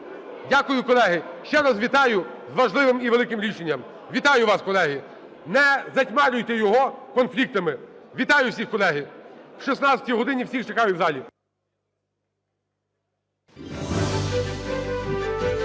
Дякую, колеги. Ще раз вітаю з важливим і великим рішенням. Вітаю вас, колеги! Не затьмарюйте його конфліктами. Вітаю всіх, колеги! О 16 годині всіх чекаю в залі.